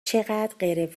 چقدرغیر